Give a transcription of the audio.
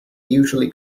usually